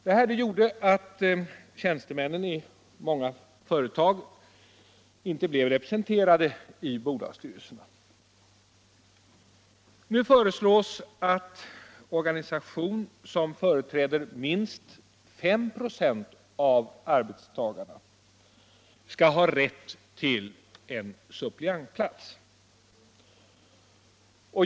Det här gjorde att tjänstemännen i många företag inte blev representerade i bolagsstyrelserna. Nu föreslår regeringen att organisation som företräder minst 5 96 av arbetstagarna skall ha rätt till en suppleantplats.